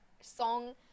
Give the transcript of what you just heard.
song